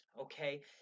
Okay